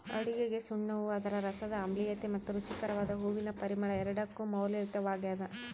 ಅಡುಗೆಗಸುಣ್ಣವು ಅದರ ರಸದ ಆಮ್ಲೀಯತೆ ಮತ್ತು ರುಚಿಕಾರಕದ ಹೂವಿನ ಪರಿಮಳ ಎರಡಕ್ಕೂ ಮೌಲ್ಯಯುತವಾಗ್ಯದ